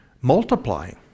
multiplying